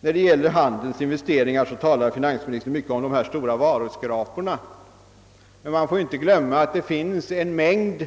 När det gäller handelns investeringar talar finansministern mycket om de stora varuskraporna. Men man får inte glömma att det finns en mängd